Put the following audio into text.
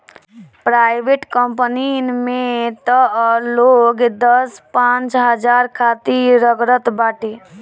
private कंपनीन में तअ लोग दस पांच हजार खातिर रगड़त बाटे